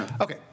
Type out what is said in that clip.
Okay